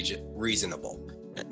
reasonable